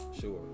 sure